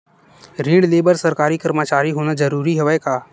ऋण ले बर सरकारी कर्मचारी होना जरूरी हवय का?